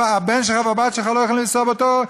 הבן שלך והבת שלך לא יכולים לנסוע באותו,